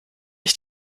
ich